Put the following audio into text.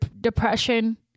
depression